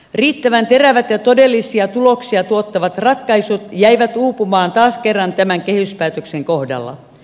riittävän terävät ja todellisia tuloksia tuottavat ratkaisut jäivät uupumaan taas kerran tämän kehyspäätöksen kohdalla